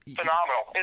Phenomenal